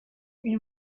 une